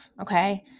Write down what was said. okay